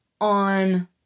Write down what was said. on